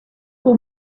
for